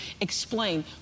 Explain